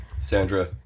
Sandra